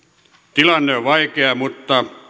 tilanne on vaikea mutta